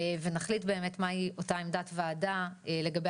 ונחליט באמת מהי אותה עמדת ועדה לגבי